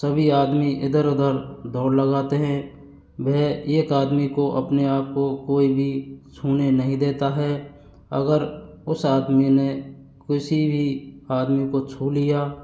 सभी आदमी इधर उधर दौड़ लगाते हैं वह एक आदमी को अपने आप को कोई भी छूने नहीं देता है अगर उस आदमी ने किसी भी आदमी को छू लिया